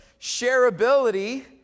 Shareability